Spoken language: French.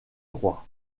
droit